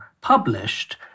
published